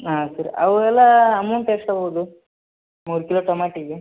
ಹಾಂ ಸರಿ ಅವೆಲ್ಲ ಅಮೌಂಟ್ ಎಷ್ಟು ಆಗ್ಬಹುದು ಮೂರು ಕಿಲೋ ಟಮಾಟಿಗೆ